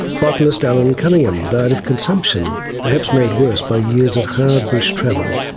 botanist alan cunningham died of consumption, perhaps made worse by years of hard bush travel.